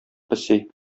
песи